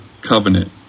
covenant